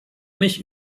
mich